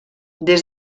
des